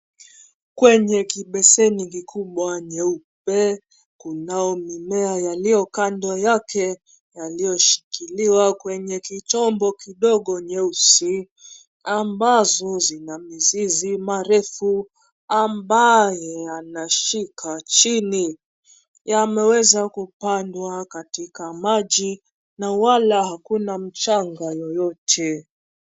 Kwenye kibeseni kikubwa nyeupe kunao mimea yaliyo kando yake yaliyoshikiliwa kwenye kichombo kidogo nyeusi ambazo zina mizizi marefu ambaye yanashika chini yameweza kupandwa katika maji na wala hakuna mchanga yoyote.